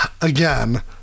again